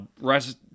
Rest